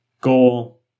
goal